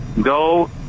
go